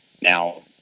now